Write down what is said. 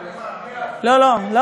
אני אביא לך, לא, לא,